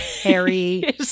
Harry